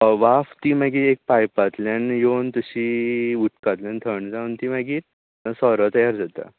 वाफ ती मागीर एक पायपांतल्यान येवन तशी उदकांतल्यान थंड जावन ती मागीर सोरो तयार जाता